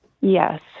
Yes